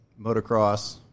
motocross